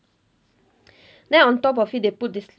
then on top of it they put this